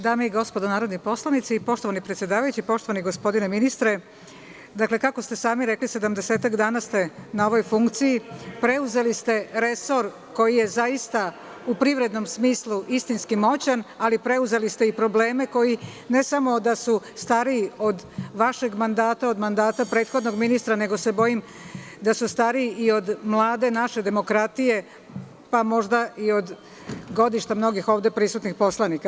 Dame i gospodo narodni poslanici, poštovani predsedavajući, poštovani gospodine ministre, kako ste sami rekli, 70 dana ste na ovoj funkciji, preuzeli ste resor koji je zaista u privrednom smislu istinski moćan, ali preuzeli ste i probleme koji ne samo da su stariji od vašeg mandata, od mandata prethodnog ministra, nego se bojim da su stariji i od naše mlade demokratije, pa možda i od godišta mnogih ovde prisutnih poslanika.